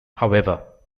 however